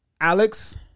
Alex